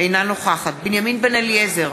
אינה נוכחת בנימין בן-אליעזר,